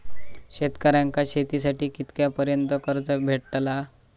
शेतकऱ्यांका शेतीसाठी कितक्या पर्यंत कर्ज भेटताला?